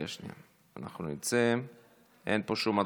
אנחנו נצא, אין פה שום הצבעה.